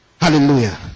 hallelujah